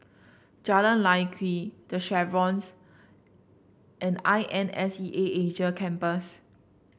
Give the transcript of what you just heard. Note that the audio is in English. Jalan Lye Kwee The Chevrons and I N S E A Asia Campus